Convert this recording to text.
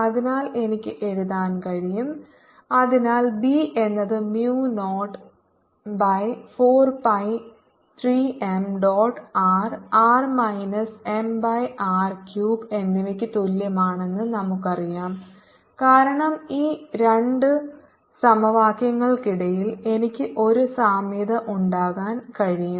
അതിനാൽ എനിക്ക് എഴുതാൻ കഴിയും അതിനാൽ B എന്നത് mu 0 by 4 pi 3 m dot r r minus m by r cube എന്നിവയ്ക്ക് തുല്യമാണെന്ന് നമുക്കറിയാം കാരണം ഈ രണ്ട് സമവാക്യങ്ങൾക്കിടയിൽ എനിക്ക് ഒരു സാമ്യത ഉണ്ടാക്കാൻ കഴിയും